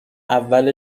اول